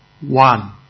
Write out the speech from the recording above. one